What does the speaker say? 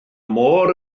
môr